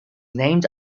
named